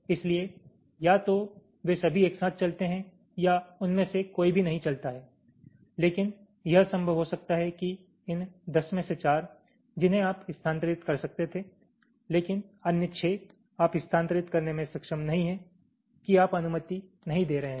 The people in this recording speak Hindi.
इसलिए या तो वे सभी एक साथ चलते हैं या उनमें से कोई भी नहीं चलता है लेकिन यह संभव हो सकता है कि इन 10 में से 4 जिन्हें आप स्थानांतरित कर सकते थे लेकिन अन्य 6 आप स्थानांतरित करने में सक्षम नहीं हैं कि आप अनुमति नहीं दे रहे हैं